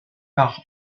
par